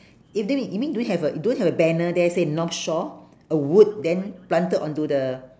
you mean you mean don't have a don't have a banner there say north shore a word then planted onto the